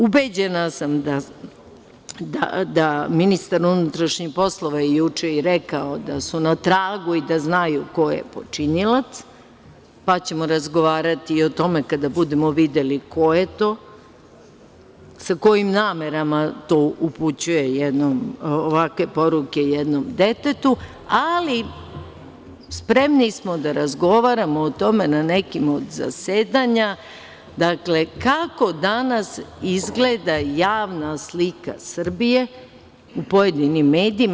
Ubeđena sam da, ministar unutrašnjih poslova je juče i rekao da su na tragu i da znaju ko je počinilac, pa ćemo razgovarati i o tome kada budemo videli ko je to, sa kojim namerama upućuje ovakve poruke jednom detetu, ali spremni smo da razgovaramo o tome na nekim od zasedanja, dakle, kako danas izgleda javna slika Srbije u pojedinim medijima.